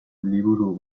liburu